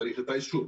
צריך את האישור.